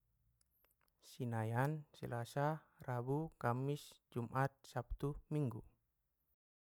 Sinayan, silasa, rabu, kamis, jumat, sabtu, minggu.